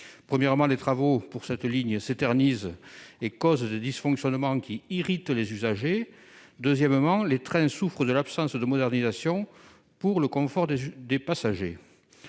premièrement, les travaux pour cette ligne s'éternise et cause de dysfonctionnement qui irrite les usagers, deuxièmement les trains souffrent de l'absence de modernisation pour le confort des passagers